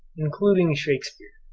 including shakespeare.